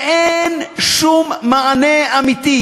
ואין שום מענה אמיתי.